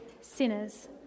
sinners